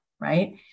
right